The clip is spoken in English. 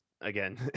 again